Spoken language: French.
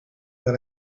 vers